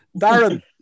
Darren